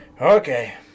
Okay